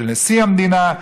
של נשיא המדינה,